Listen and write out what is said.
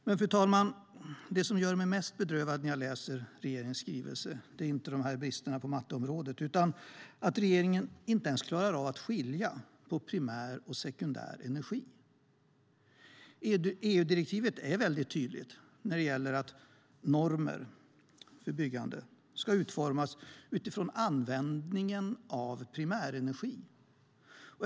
Men, fru talman, det som gör mig mest bedrövad när jag läser regeringens skrivelse är inte bristerna på matteområdet utan att regeringen inte ens klarar av att skilja på primär och sekundär energi. EU-direktivet är tydligt när det gäller att normer för byggande ska utformas utifrån användningen av primärenergi.